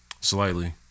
Slightly